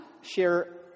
share